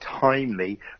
timely